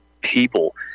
people